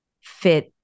fit